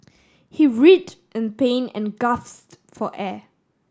he writhed in pain and gasped for air